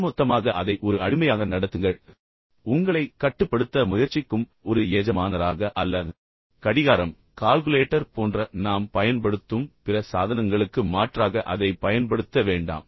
ஒட்டுமொத்தமாக அதை ஒரு அடிமையாக நடத்துங்கள் உங்களை கட்டுப்படுத்த முயற்சிக்கும் ஒரு எஜமானராக அல்ல பின்னர் கடிகாரம் கால்குலேட்டர் போன்ற நாம் பயன்படுத்தும் பிற சாதனங்களுக்கு மாற்றாக அதை பயன்படுத்த வேண்டாம்